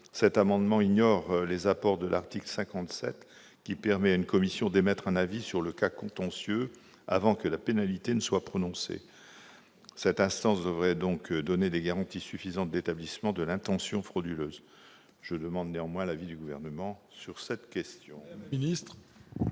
cet amendement ignore les apports de l'article 57, qui permet à une commission d'émettre un avis sur le cas contentieux avant que la pénalité ne soit prononcée. Cette instance devrait fournir des garanties suffisantes pour l'établissement de l'intention frauduleuse. Je souhaiterais néanmoins connaître l'avis du Gouvernement sur ce sujet. Quel est